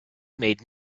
made